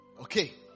Okay